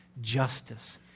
justice